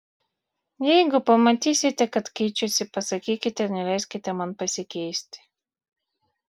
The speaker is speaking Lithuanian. jeigu pamatysite kad keičiuosi pasakykite neleiskite man pasikeisti